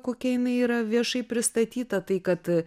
kokia jinai yra viešai pristatyta tai kad